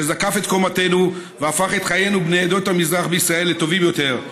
אשר זקף את קומתנו והפך את חיינו בני עדות המזרח בישראל לטובים יותר,